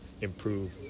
improve